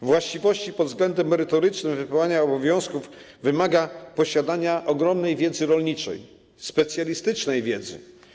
Właściwe pod względem merytorycznym wykonywanie obowiązków wymaga posiadania ogromnej wiedzy rolniczej, specjalistycznej wiedzy.